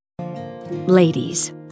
Ladies